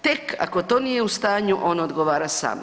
Tek ako to nije u stanju on odgovara sam.